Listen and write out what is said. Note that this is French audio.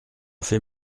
fait